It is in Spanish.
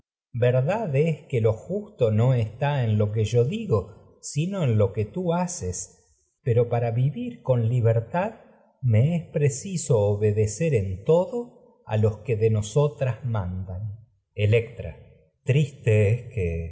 verdad es que lo no justo pero está en lo que yo digo sino en lo que tú haces para a vivir con que libertad me es preciso obedecer en todo los de nosotras mandan es electra triste que